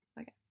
Okay